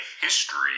history